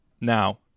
Now